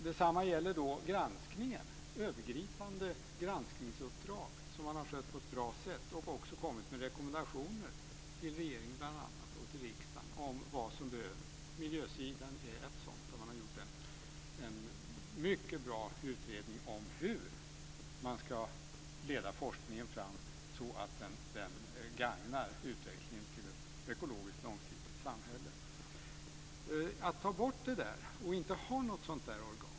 Detsamma gäller det övergripande granskningsuppdraget som man har skött på ett bra sätt. Man har också kommit med rekommendationer bl.a. till regeringen och riksdagen om vad som behöver göras. Miljösidan är ett sådant område där man har gjort en mycket bra utredning om hur man ska leda forskningen fram så att den gagnar utvecklingen till ett ekologiskt långsiktigt samhälle.